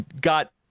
got